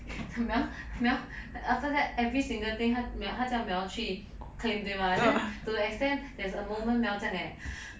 mel mel after that every single thing 他叫 mel 去看对吗 to an extent there's a moment mel 这样 eh